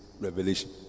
Revelation